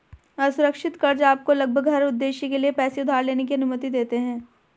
असुरक्षित कर्ज़ आपको लगभग हर उद्देश्य के लिए पैसे उधार लेने की अनुमति देते हैं